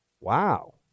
wow